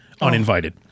uninvited